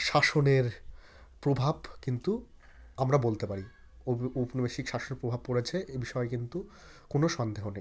শাসনের প্রভাব কিন্তু আমরা বলতে পারি ঔপনিবেশিক শাসনের প্রভাব পড়েছে এ বিষয়ে কিন্তু কোনো সন্দেহ নেই